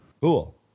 Cool